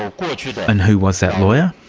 ah and who was that lawyer?